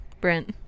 Brent